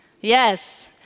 Yes